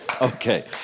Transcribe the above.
Okay